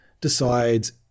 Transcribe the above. decides